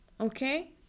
Okay